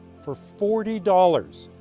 for forty dollars,